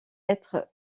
être